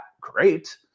great